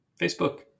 Facebook